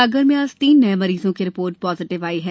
सागर में आज तीन नए मरीजों की रिपोर्ट पाजिटिव निकली है